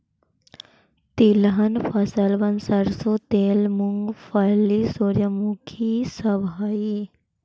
तिलहन फसलबन सरसों तेल, मूंगफली, सूर्यमुखी ई सब हई